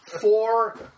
four